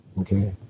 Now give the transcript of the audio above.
Okay